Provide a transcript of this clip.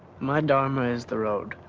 my dharma is the road.